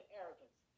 arrogance